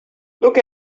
look